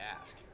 ask